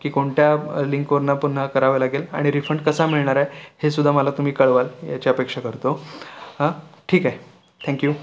की कोणत्या लिंकवरनं पुन्हा करावं लागेल आणि रिफंड कसा मिळणार आहे हेसुद्धा मला तुम्ही कळवाल याची अपेक्षा करतो ठीक आहे थँक्यू